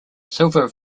silver